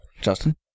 Justin